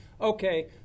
okay